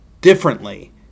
differently